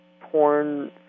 porn